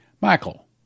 Michael